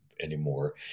anymore